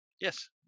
yes